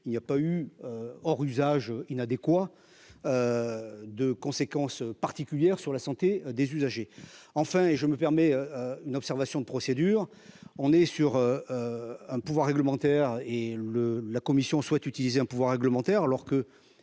il n'y a pas eu hors usage inadéquat de conséquences particulières sur la santé des usagers, enfin, et je me permets une observation de procédure, on est sur un pouvoir réglementaire et le la commission souhaite utiliser un pouvoir réglementaire,